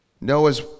Noah's